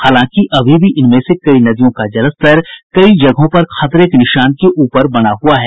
हालांकि अभी भी इनमें से कई नदियों का जलस्तर कई जगहों पर खतरे के निशान से ऊपर बना हुआ है